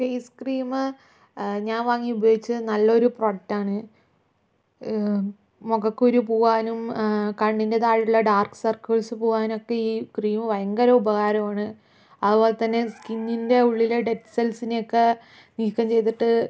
face cream ഞാൻ വാങ്ങി ഉപയോഗിച്ചത് നല്ലൊരു പ്രൊഡക്റ്റാണ് മുഖക്കുരു പോവാനും കണ്ണിൻ്റെ താഴെയുള്ള ഡാർക്ക് സർക്കിൾസ് പോവാനൊക്കെ ഈ ക്രീമ് ഭയങ്കര ഉപകാരമാണ് അതുപോലെ തന്നെ സ്കിന്നിൻ്റെ ഉള്ളിലെ ഡെഡ് സെൽസിനെയെക്കെ നീക്കം ചെയ്തിട്ട്